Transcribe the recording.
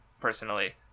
personally